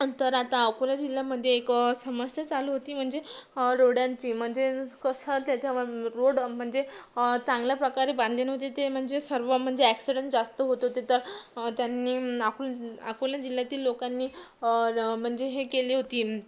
अन तर आता अकोला जिल्ह्यामध्ये एक समस्या चालू होती म्हणजे रोडांची म्हणजे कसं त्याच्यावर रोड म्हणजे चांगल्याप्रकारे बांधले नव्हते ते म्हणजे सर्व म्हणजे ॲक्सिडेंट जास्त होत होते तर त्यांनी अकोला जि अकोला जिल्ह्यातील लोकांनी म्हणजे हे केली होती